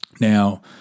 now